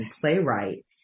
playwright